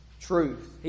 truth